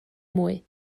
mwy